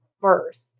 first